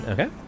Okay